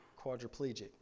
quadriplegic